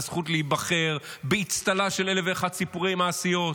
הזכות להיבחר באצטלה של אלף ואחד סיפורי מעשיות.